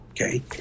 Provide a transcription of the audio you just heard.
okay